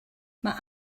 mae